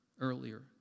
earlier